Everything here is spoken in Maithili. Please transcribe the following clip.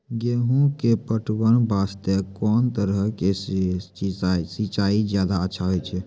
गेहूँ के पटवन वास्ते कोंन तरह के सिंचाई ज्यादा अच्छा होय छै?